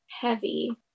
heavy